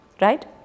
right